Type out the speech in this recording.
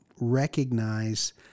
recognize